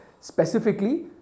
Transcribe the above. specifically